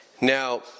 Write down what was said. Now